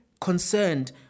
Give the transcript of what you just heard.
concerned